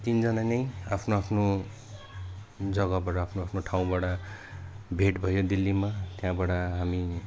तिनजना नै आफ्नो आफ्नो जगाबाट आफ्नो आफ्नो ठाउँबाट भेट भयो दिल्लीमा त्यहाँबाट हामी